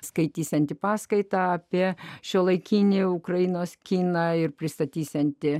skaitysianti paskaitą apie šiuolaikinį ukrainos kiną ir pristatysianti